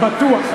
בטוח.